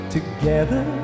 Together